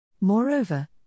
Moreover